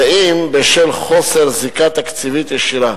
ואם בשל חוסר זיקה תקציבית ישירה.